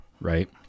right